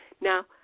Now